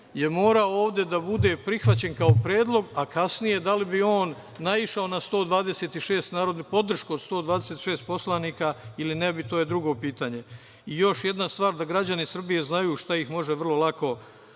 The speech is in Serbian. je morao ovde da bude prihvaćen kao predlog, a kasnije, da li bi on naišao na 126 narodnih poslanika, podršku od 126 poslanika ili ne, to je drugo pitanje. Još jedna stvar, da građani Srbije znaju šta ih može vrlo lako